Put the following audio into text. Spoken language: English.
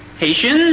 Haitians